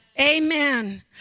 Amen